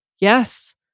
Yes